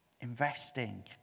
Investing